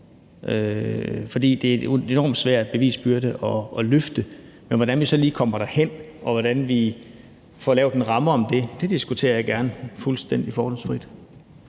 for det er en enormt svær bevisbyrde at løfte. Men hvordan vi så lige kommer derhen, og hvordan vi får lavet en ramme om det, diskuterer jeg gerne fuldstændig fordomsfrit.